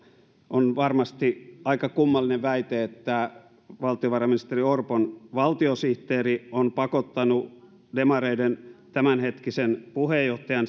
on varmasti aika kummallinen väite että valtiovarainministeri orpon valtiosihteeri on pakottanut demareiden tämänhetkisen puheenjohtajan